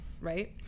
right